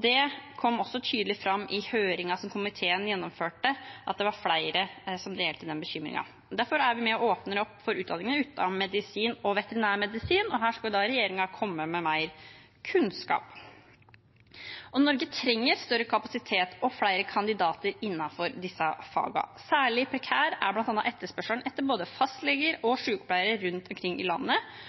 Det kom også tydelig fram i høringen som komiteen gjennomførte, at det var flere som delte den bekymringen. Derfor er vi med og åpner opp for utdanningene, utenom medisin og veterinærmedisin. Her skal regjeringen komme med mer kunnskap. Norge trenger større kapasitet og flere kandidater innenfor disse fagene. Særlig prekær er bl.a. etterspørselen etter både fastleger og sykepleiere rundt omkring i landet,